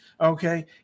Okay